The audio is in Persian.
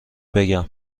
بگم